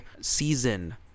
season